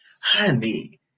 honey